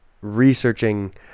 researching